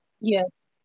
Yes